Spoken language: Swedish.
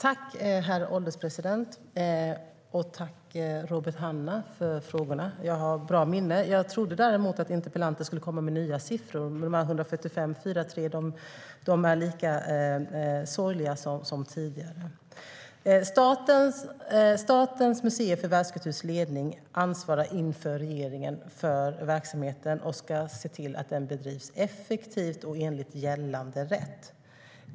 Herr ålderspresident! Tack, Robert Hannah, för frågorna! Jag har bra minne. Jag trodde däremot att interpellanten skulle komma med nya siffror. Men sifforna 145-4-3 är lika sorgliga som tidigare. Ledningen för Statens museer för världskultur ansvarar inför regeringen för verksamheten och ska se till att den bedrivs effektivt och enligt gällande rätt.